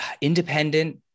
independent